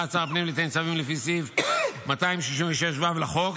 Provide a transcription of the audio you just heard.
את שר הפנים לתת צווים לפי סעיף 266ו לחוק,